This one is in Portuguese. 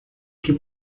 que